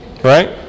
Right